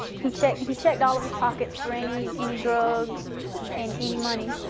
he checked he checked all of his pockets for any any drugs and any money.